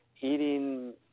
eating